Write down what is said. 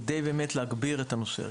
כדי להגביר את הנושא הזה.